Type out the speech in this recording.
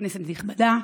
כנסת נכבדה,